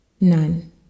none